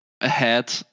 ahead